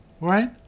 Right